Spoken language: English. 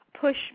push